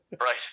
right